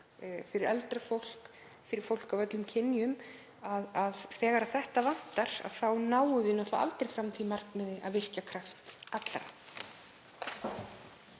fyrir eldra fólk, fyrir fólk af öllum kynjum, að þegar þetta vantar þá náum við aldrei fram því markmiði að virkja kraft allra.